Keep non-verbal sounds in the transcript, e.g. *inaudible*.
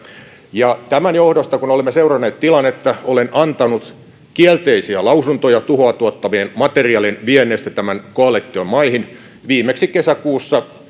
ja tämän johdosta kun olemme seuranneet tilannetta olen antanut kielteisiä lausuntoja tuhoa tuottavien materiaalien viennistä tämän koalition maihin viimeksi kesäkuussa *unintelligible*